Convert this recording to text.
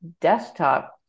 desktop